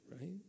Right